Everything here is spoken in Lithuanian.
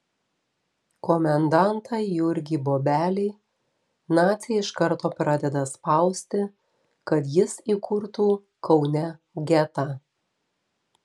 komendantą jurgį bobelį naciai iš karto pradeda spausti kad jis įkurtų kaune getą